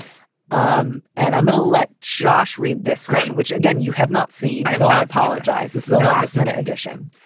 um and i'm going to let josh read this screen, which again, you have not seen. so i apologize. this is a last minute addition